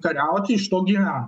kariauti iš to gyveno